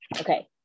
Okay